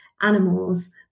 animals